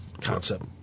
concept